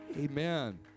Amen